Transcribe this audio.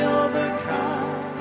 overcome